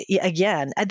again